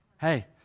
Hey